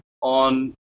on